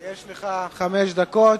יש לך חמש דקות,